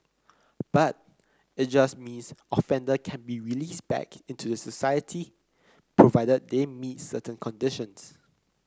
but it just means offender can be released back into society provided they meet certain conditions